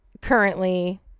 currently